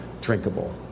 drinkable